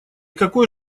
какой